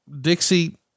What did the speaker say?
Dixie